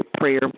prayer